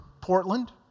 Portland